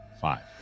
Five